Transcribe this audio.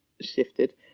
shifted